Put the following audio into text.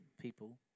people